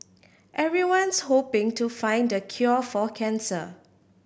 everyone's hoping to find the cure for cancer